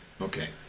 Okay